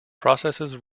processes